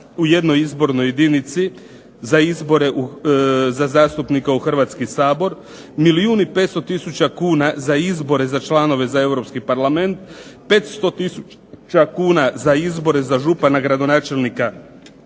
u jednoj izbornoj jedinici za izbore za zastupnike u Hrvatski sabor, milijun i 500 tisuća kuna za izbore za članove za Europski parlament, 500 tisuća kuna za izbore za župana, gradonačelnika Grada